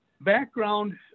Background